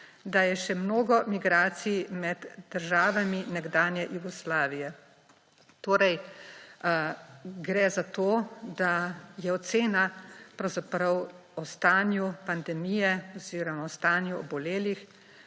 da je še mnogo migracij med državami nekdanje Jugoslavije. Torej gre za to, da je ocena pravzaprav o stanju pandemije oziroma o stanju obolelih